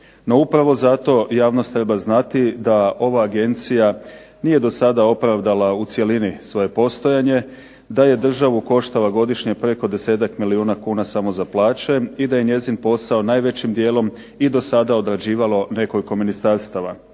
No, upravo zato javnost treba znati da ova Agencija nije do sada opravdala u cjelini svoje postojanje, da je državu koštala godišnje preko desetak milijuna kuna samo za plaće i da je njezin posao najvećim dijelom i do sada odrađivalo nekoliko ministarstava.